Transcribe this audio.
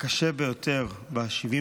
הקשה ביותר ב-76